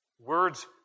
Words